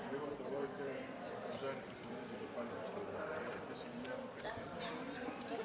Благодаря